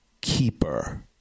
keeper